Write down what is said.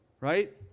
Right